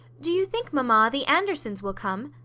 do you think, mamma, the andersons will come?